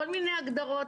כל מיני הגדרות.